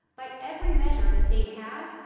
by every measure the state has,